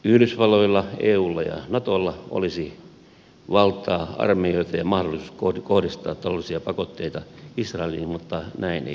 yhdysvalloilla eulla ja natolla olisi valtaa armeijoita ja mahdollisuus kohdistaa taloudellisia pakotteita israeliin mutta näin ei haluta tehdä